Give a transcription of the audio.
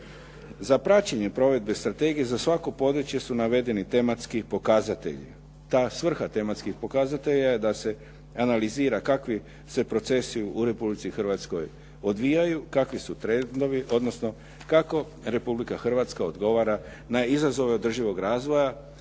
Za praćenje provedbe strategije za svako područje su navedeni tematski pokazatelji. Ta svrha tematskih pokazatelja je da se analizira kakvi se procesi u Republici Hrvatskoj odvijaju, kakvi su trendovi, odnosno kako Republika Hrvatska odgovara na izazove održivog razvoja,